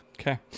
Okay